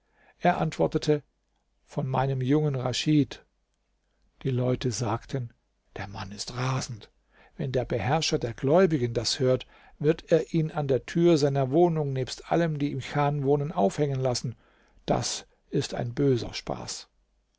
er antwortete von meinem jungen raschid die leute sagten der mann ist rasend wenn der beherrscher der gläubigen das hört wird er ihn an der tür seiner wohnung nebst allen die im chan wohnen aufhängen lassen das ist ein böser spaß